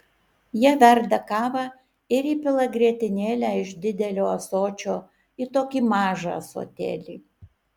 jie verda kavą ir įpila grietinėlę iš didelio ąsočio į tokį mažą ąsotėlį